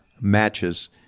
matches